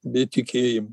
bei tikėjimo